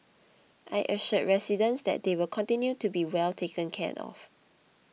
I assured residents that they will continue to be well taken care of